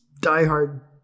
diehard